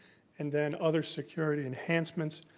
and then other security enhancements.